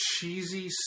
cheesy